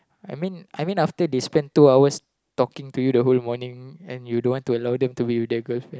I mean I mean after they spent two hours talking to you the whole morning and you don't want to allow them to be your their girlfriend